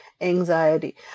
anxiety